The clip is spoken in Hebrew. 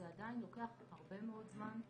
זה עדיין לוקח הרבה מאוד זמן.